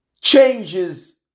changes